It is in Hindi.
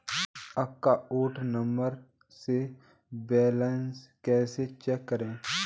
अकाउंट नंबर से बैलेंस कैसे चेक करें?